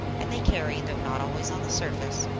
and they carry, though not always on the surface,